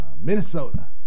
Minnesota